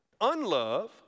unlove